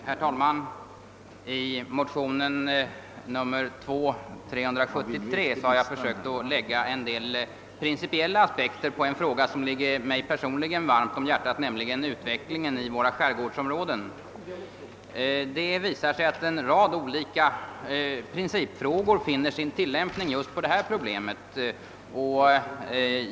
Herr talman! I motion nr II: 373 har jag försökt lägga en del principiella aspekter på en fråga, som ligger mig personligen varmt om hjärtat, nämligen utvecklingen i våra skärgårdsområden. Det visar sig att en rad olika principfrågor finner sin tillämpning på just detta problem.